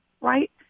right